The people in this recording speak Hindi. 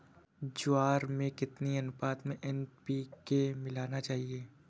ज्वार में कितनी अनुपात में एन.पी.के मिलाना चाहिए?